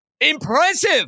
impressive